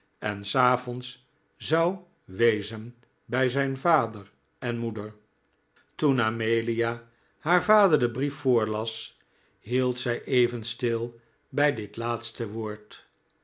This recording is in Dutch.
en s avonds zou wezen bij zijn vader en moeder toen amelia haar vader den brief voorlas hield zij even stil bij dit laatste woord